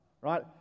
right